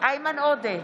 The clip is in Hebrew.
איימן עודה,